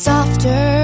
Softer